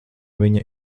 viņa